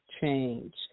change